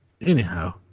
Anyhow